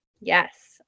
Yes